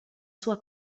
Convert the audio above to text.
sua